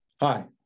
Hi